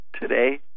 today